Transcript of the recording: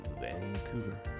Vancouver